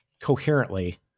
coherently